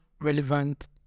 relevant